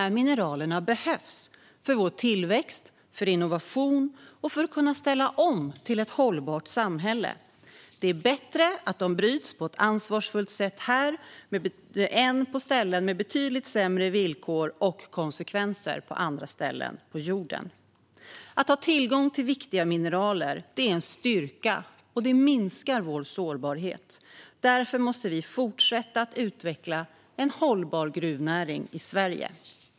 Mineralerna behövs för vår tillväxt, för innovation och för att kunna ställa om till ett hållbart samhälle. Det är bättre att de bryts på ett ansvarsfullt sätt här än på ställen med betydligt sämre villkor och med konsekvenser på andra ställen på jorden. Att ha tillgång till viktiga mineraler är en styrka, och det minskar vår sårbarhet. Därför måste vi fortsätta att utveckla en hållbar gruvnäring i Sverige.